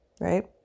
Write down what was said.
Right